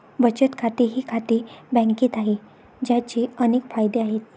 बचत खाते हे खाते बँकेत आहे, ज्याचे अनेक फायदे आहेत